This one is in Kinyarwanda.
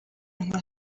nka